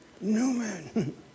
Newman